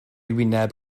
wyneb